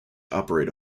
operate